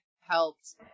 helped